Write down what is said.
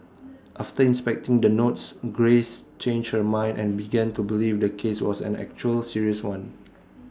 after inspecting the notes grace changed her mind and began to believe the case was an actual serious one